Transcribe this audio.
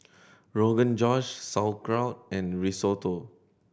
Rogan Josh Sauerkraut and Risotto